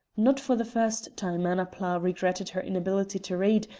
not for the first time annapla regretted her inability to read,